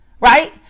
Right